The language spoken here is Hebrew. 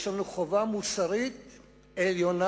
יש לנו חובה מוסרית עליונה,